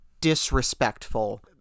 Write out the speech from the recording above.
disrespectful